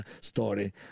story